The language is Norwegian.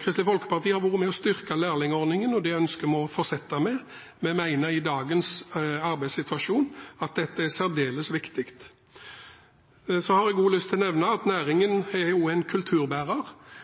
Kristelig Folkeparti har vært med og styrket lærlingordningen, og det ønsker vi å fortsette med. Vi mener at i dagens arbeidssituasjon er dette særdeles viktig. Så vil jeg nevne at næringen er også en kulturbærer, som har tradisjoner innen norsk håndverk, og at